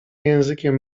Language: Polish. językiem